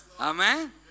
Amen